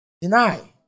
Deny